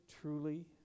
truly